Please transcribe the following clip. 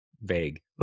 vague